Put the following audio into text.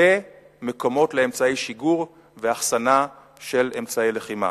כמקומות לשיגור ולאחסנה של אמצעי לחימה.